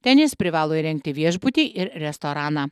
ten jis privalo įrengti viešbutį ir restoraną